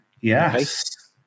yes